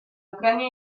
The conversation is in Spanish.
ucrania